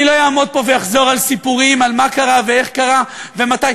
אני לא אעמוד פה ואחזור על סיפורים על מה קרה ואיך קרה ומתי.